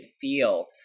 feel